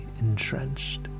entrenched